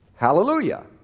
hallelujah